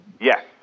Yes